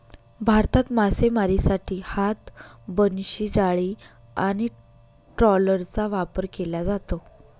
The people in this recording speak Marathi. भारतात मासेमारीसाठी हात, बनशी, जाळी आणि ट्रॉलरचा वापर केला जातो